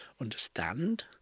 understand